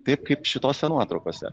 taip kaip šitose nuotraukose